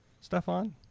stefan